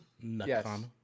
Yes